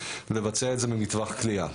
לבצע את זה במטווח קליעה.